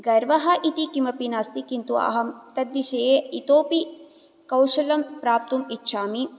गर्वः इति किमपि नास्ति किन्तु अहं तद्विषये इतोपि कौशलं प्राप्तुम् इच्छामि